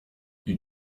you